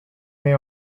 may